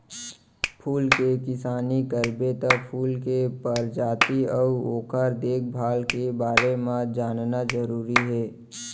फूल के किसानी करबे त फूल के परजाति अउ ओकर देखभाल के बारे म जानना जरूरी हे